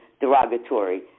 derogatory